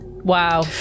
Wow